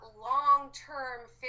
long-term